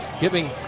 giving